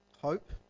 hope